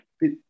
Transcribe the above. Bit